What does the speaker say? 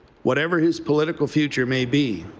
whatever his political future may be,